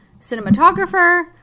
cinematographer